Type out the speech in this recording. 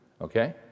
Okay